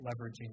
leveraging